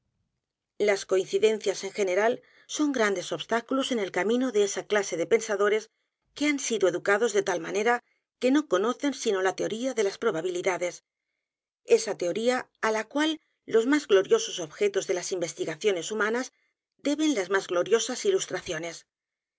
las coincidencias en general son g r a n d e s obstáculos en el camino de esa clase de pensadores que han sido educados de tal manera que no conocen sino la teoría de las probalidades esa teoría á la cual los más gloriosos objetos de las investigaciones humanas deben las más gloriosas ilustraciones